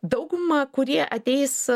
dauguma kurie ateis